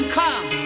come